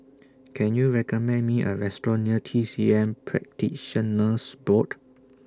Can YOU recommend Me A Restaurant near T C M Practitioners Board